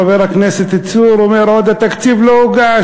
חבר הכנסת צור אומר: עוד התקציב לא הוגש,